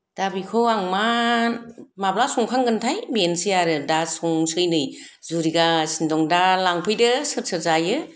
दा बेखौ आं मा माब्ला संखांगोनथाय बेनोसै आरो दा संसै नै जुरिगासिनो दं दा लांफैदो सोर सोर जायो